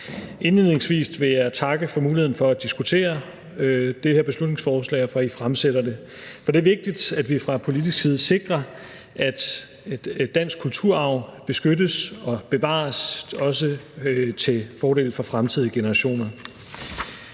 Indledningsvis vil jeg takke for muligheden for at diskutere det her beslutningsforslag og for, at I fremsætter det. For det er vigtigt, at vi fra politisk side sikrer, at dansk kulturarv beskyttes og bevares også til fordel for fremtidige generationer.